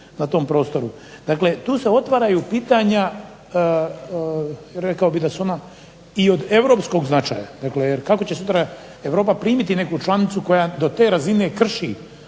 na tom prostoru. Dakle, tu se otvaraju pitanja rekao bih da su ona i od europskog značaja. Dakle, jer kako će sutra Europa primiti neku članicu koja do te razine krši